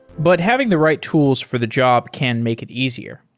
but having the right tools for the job can make it easier.